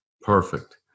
Perfect